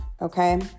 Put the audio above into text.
okay